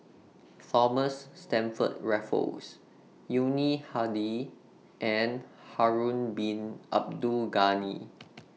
Thomas Stamford Raffles Yuni Hadi and Harun Bin Abdul Ghani